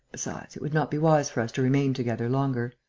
besides, it would not be wise for us to remain together longer.